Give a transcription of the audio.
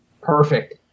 Perfect